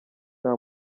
nta